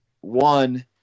one